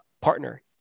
partner